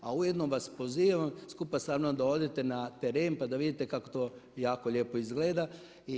A ujedno vas pozivam skupa sa mnom da odete na teren pa da vidite kako to jako lijepo izgleda.